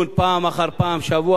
שבוע אחר שבוע,